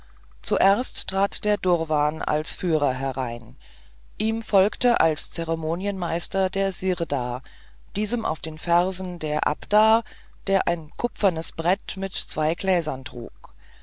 zuerst trat der durwan als führer herein ihm folgte als zeremonienmeister der sirdar diesem auf den fersen der abdar der ein kupfernes brett mit zwei gläsern trug